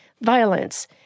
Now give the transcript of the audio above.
violence